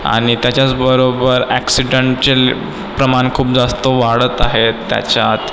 आणि त्याच्याचबरोबर ॲक्सिडन्टचे प्रमाण खूप जास्त वाढत आहेत त्याच्यात